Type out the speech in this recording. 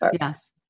Yes